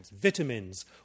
vitamins